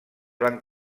van